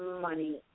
money